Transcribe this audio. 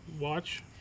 watch